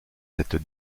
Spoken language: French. cette